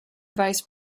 vice